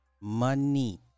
money